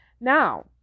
Now